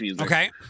Okay